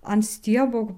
ant stiebų